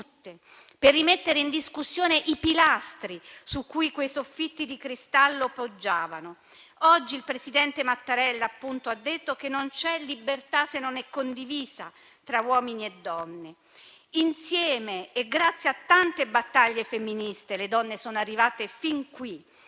per rimettere in discussione i pilastri su cui quei soffitti di cristallo poggiavano. Oggi il presidente Mattarella ha detto che non c'è libertà se non è condivisa tra uomini e donne. Insieme e grazie a tante battaglie femministe le donne sono arrivate fin qui.